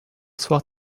soir